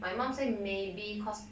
my mum say maybe cause